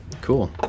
Cool